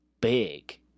big